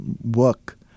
work